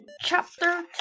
chapter